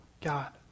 God